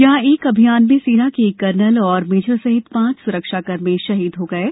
यहाँ एक अभियान में सेना के एक कर्नल और मेजर सहित पांच स्रक्षाकर्मी शहीद हो गए हैं